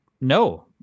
No